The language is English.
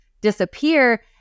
disappear